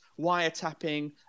wiretapping